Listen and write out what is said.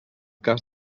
cas